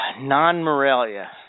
non-Morelia